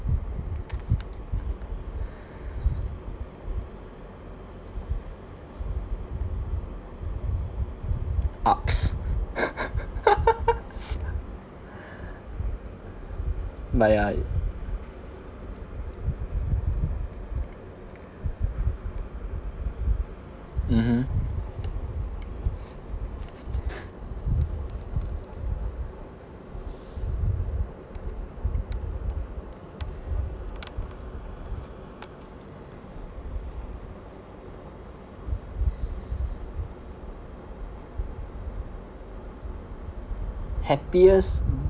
!oops! but ya I mmhmm happiest